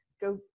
go